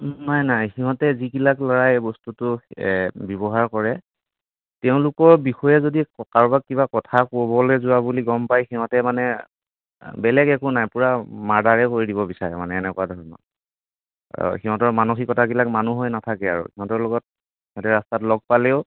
নাই নাই সিহঁতে যিবিলাক ল'ৰাই এই বস্তুটো ব্যৱহাৰ কৰে তেওঁলোকৰ বিষয়ে যদি কাৰোবাক কিবা কথা ক'বলৈ যোৱা বুলি গম পায় সিহঁতে মানে বেলেগ একো নাই পুৰা মাৰ্ডাৰেই কৰি দিব বিচাৰে এনেকুৱা ধৰণৰ সিহঁতৰ মানসিকতাবিলাক মানুহ হৈ নাথাকে আৰু সিহঁতৰ লগত সিহঁতে ৰাস্তাত লগ পালেও